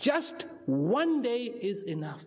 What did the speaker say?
just one day is enough